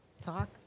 Talk